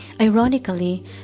Ironically